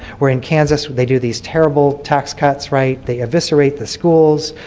where in kansas when they do these terrible tax cuts, right, they eviscerate the schools,